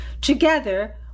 Together